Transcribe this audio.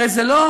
הרי זה לא,